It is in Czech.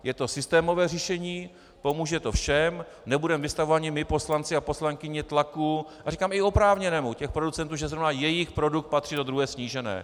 Je to systémové řešení, pomůže to všem, nebudeme vystavováni my poslanci a poslankyně tlaku, a říkám, i oprávněnému, producentů, že zrovna jejich produkt patří do druhé snížené.